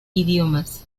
idiomas